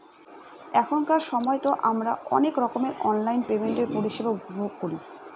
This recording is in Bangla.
এখনকার সময়তো আমারা অনেক রকমের অনলাইন পেমেন্টের পরিষেবা উপভোগ করি